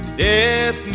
death